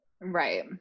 Right